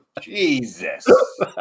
Jesus